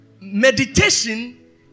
meditation